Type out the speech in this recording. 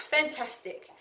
fantastic